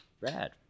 Rad